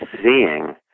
seeing